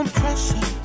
pressure